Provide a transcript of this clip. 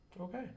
Okay